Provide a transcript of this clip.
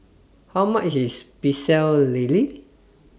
How much IS Pecel Lele